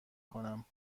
کنم